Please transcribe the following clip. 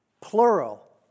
Plural